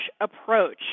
approach